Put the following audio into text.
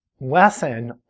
lesson